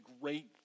great